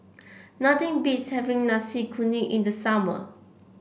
nothing beats having Nasi Kuning in the summer